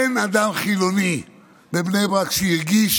אין אדם חילוני בבני ברק שהרגיש